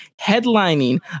headlining